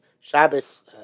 Shabbos